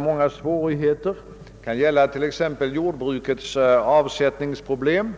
Många svårigheter kan också uppstå, t.ex. beträffande jordbrukets avsättningsproblem.